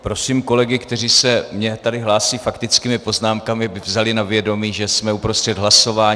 Prosím kolegy, kteří se mně tady hlásí faktickými poznámkami, aby vzali na vědomí, že jsme uprostřed hlasování.